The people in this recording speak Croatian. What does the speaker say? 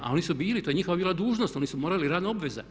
A oni su bili, to je njihova bila dužnost, oni su morali, radna obveza.